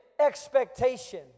expectation